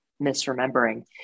misremembering